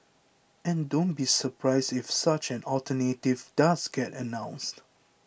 and don't be surprised if such an alternative does get announced